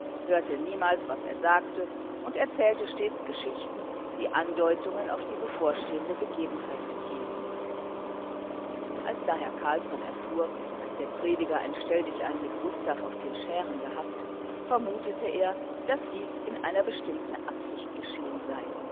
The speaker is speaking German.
hörte niemals was er sagte und erzählte stets geschichten die andeutungen auf die bevorstehende begebenheit enthielten als daher carlsson erfuhr daß der prediger ein stelldichein mit gustav auf den schären gehabt vermutete er daß dies in einer bestimmten absicht geschehen sei